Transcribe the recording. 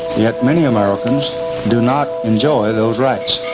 yet many americans do not enjoy those rights.